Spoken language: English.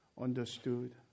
understood